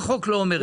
החוק לא אומר את זה.